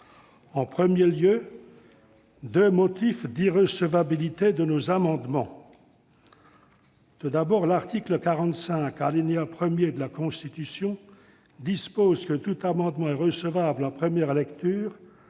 en premier lieu, de deux motifs d'irrecevabilité de nos amendements. L'article 45, alinéa 1, de la Constitution, prévoit que « tout amendement est recevable en première lecture